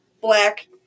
black